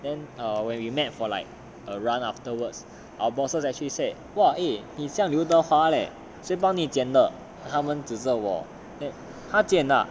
then err when we met for like a run afterwards our bosses actually said !wah! eh 你像刘德华 leh 谁帮你剪的他们指着我他剪得的 ah